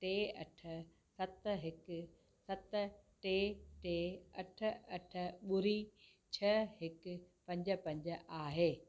टे अठ सत हिकु सत टे टे अठ अठ ॿुड़ी छह हिकु पंज पंज आहे